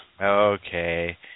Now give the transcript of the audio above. Okay